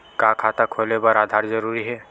का खाता खोले बर आधार जरूरी हे?